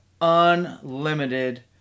unlimited